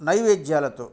నైవేద్యాలతో